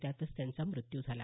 त्यातच त्यांचा मृत्यू झाला